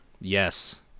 Yes